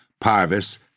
Parvis